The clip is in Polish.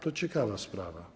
To ciekawa sprawa.